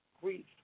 grief